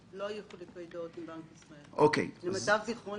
לא היו חילוקי דעות עם בנק ישראל, למיטב זכרוני.